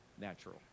natural